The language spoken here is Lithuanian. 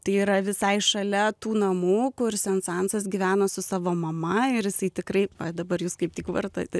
tai yra visai šalia tų namų kur sensancas gyveno su savo mama ir jisai tikrai dabar jūs kaip tik vartote